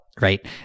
Right